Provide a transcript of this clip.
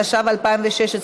התשע"ו 2016,